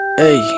hey